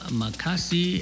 makasi